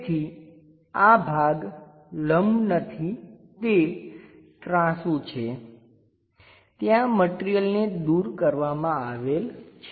તેથી આ ભાગ લંબ નથી તે ત્રાસું છે ત્યાં મટિરિયલને દૂર કરવામાં આવેલ છે